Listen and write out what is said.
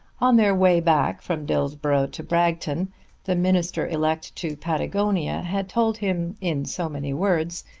on their way back from dillsborough to bragton the minister elect to patagonia had told him, in so many words,